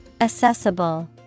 Accessible